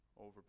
over